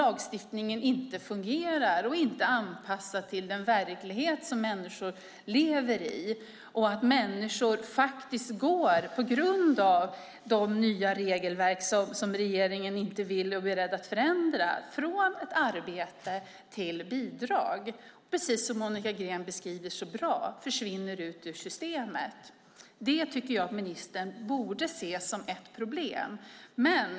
Lagstiftningen fungerar inte och är inte anpassad till den verklighet som människor lever i. På grund av de nya regelverk som regeringen inte är beredd att förändra går människor från arbete till bidrag och - precis som Monica Green beskrev så bra - försvinner ut ur systemet. Det tycker jag att ministern borde se som ett problem.